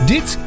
Dit